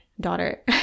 daughter